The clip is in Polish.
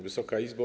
Wysoka Izbo!